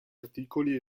articoli